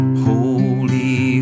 Holy